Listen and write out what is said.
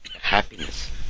happiness